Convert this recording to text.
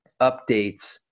updates